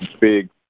big